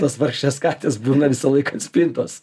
tos vargšės katės būna visą laiką ant spintos